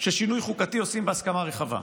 ששינוי חוקתי עושים בהסכמה רחבה.